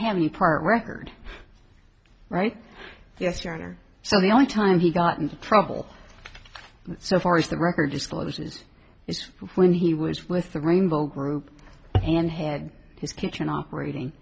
have any part record right yes your honor so the only time he got into trouble so far as the record discloses is when he was with the rainbow group and had his kitchen operating